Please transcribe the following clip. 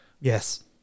Yes